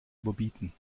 überbieten